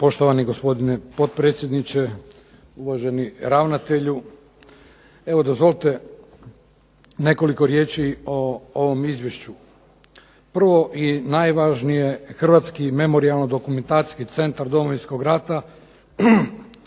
Poštovani gospodine potpredsjedniče, uvaženi ravnatelju. Evo dozvolite nekoliko riječi o ovom izvješću. Prvo i najvažnije, Hrvatski memorijalno-dokumentacijski centar Domovinskog rata